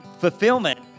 fulfillment